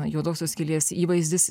juodosios skylės įvaizdis